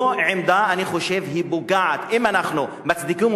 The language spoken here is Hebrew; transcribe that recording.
זאת עמדה שאני חושב שאם אנחנו מצדיקים